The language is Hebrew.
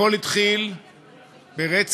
הכול התחיל ברצח